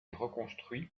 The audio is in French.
reconstruit